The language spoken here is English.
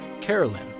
Carolyn